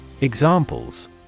Examples